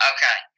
Okay